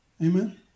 Amen